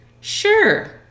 Sure